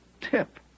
tip